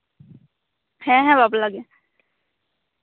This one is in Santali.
ᱦᱮᱸ ᱦᱮᱸ ᱵᱟᱯᱞᱟ ᱜᱮ